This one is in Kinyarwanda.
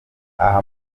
aha